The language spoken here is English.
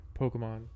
Pokemon